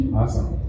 awesome